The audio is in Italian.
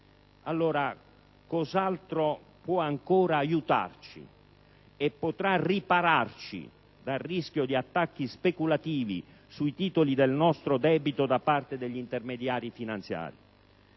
allora può ancora aiutarci e potrà ripararci dal rischio di attacchi speculativi sui titoli del nostro debito da parte degli intermediari finanziari?